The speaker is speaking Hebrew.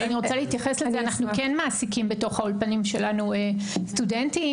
אנחנו כן מעסיקים באולפנים שלנו סטודנטים